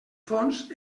fons